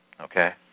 Okay